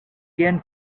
gain